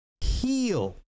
heal